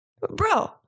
bro